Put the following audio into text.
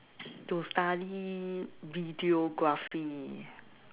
to study videography